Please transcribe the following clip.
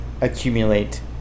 accumulate